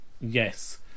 yes